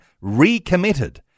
recommitted